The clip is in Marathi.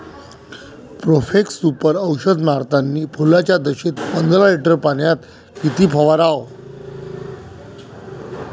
प्रोफेक्ससुपर औषध मारतानी फुलाच्या दशेत पंदरा लिटर पाण्यात किती फवाराव?